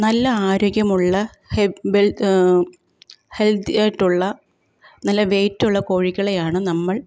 നല്ല ആരോഗ്യമുള്ള ഹെ ബെൽ ഹെൽത്തി ആയിട്ടുള്ള നല്ല വെയിറ്റുള്ള കോഴികളെയാണ് നമ്മൾ